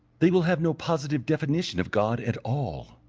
they will have no positive definition of god at all.